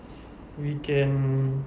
we can